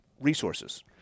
resources